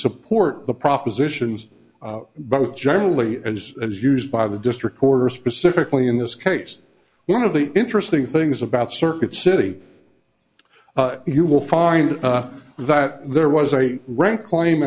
support the propositions but generally as as used by the district who are specifically in this case one of the interesting things about circuit city you will find that there was a rank claim